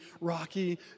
Rocky